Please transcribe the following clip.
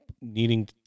needing